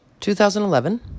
2011